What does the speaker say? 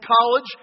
college